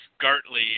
Gartley